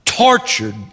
tortured